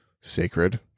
sacred